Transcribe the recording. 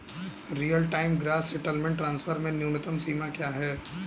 Real time gross settlement transfer में न्यूनतम सीमा क्या है?